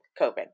COVID